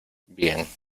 bien